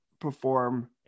perform